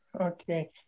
Okay